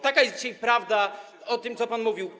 Taka jest dzisiaj prawda o tym, co pan mówił.